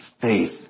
faith